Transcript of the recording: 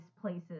places